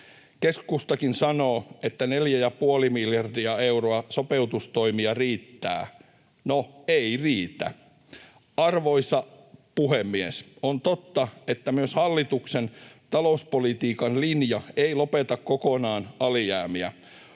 Keskustakin sanoo, että neljä ja puoli miljardia euroa sopeutustoimia riittää. No, ei riitä. Arvoisa puhemies! On totta, että myöskään hallituksen talouspolitiikan linja ei lopeta kokonaan alijäämiä.